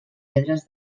pedres